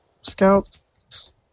scouts